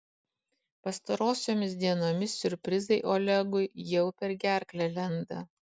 pastarosiomis dienomis siurprizai olegui jau per gerklę lenda